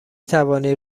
توانید